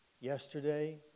yesterday